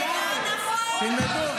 תלמדו.